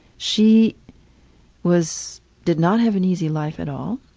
she was did not have an easy life at all.